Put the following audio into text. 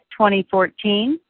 2014